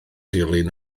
dilyn